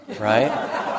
right